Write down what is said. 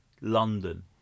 London